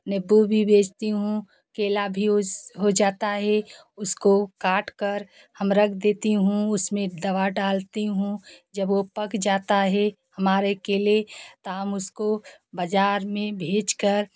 नीबू भी बेचती हूँ केला भी उस हो जाता है उसको काटकर हम रख देती हूँ उसमें दवा डालती हूँ जब वो पक जाता है हमारे केले तो आम उसको बाजार में भेजकर